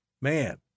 man